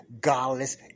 godless